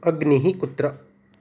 अग्निः कुत्र